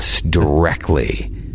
directly